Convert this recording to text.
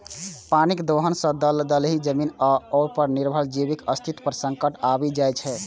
पानिक दोहन सं दलदली जमीन आ ओय पर निर्भर जीवक अस्तित्व पर संकट आबि जाइ छै